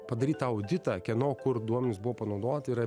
padaryt tą auditą kieno kur duomenys buvo panaudoti yra